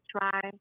try